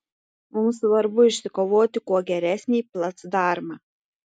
mums svarbu išsikovoti kuo geresnį placdarmą